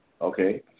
Okay